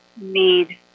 need